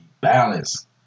balance